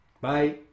bye